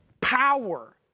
power